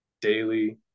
daily